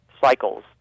cycles